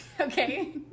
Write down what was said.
okay